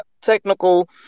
technical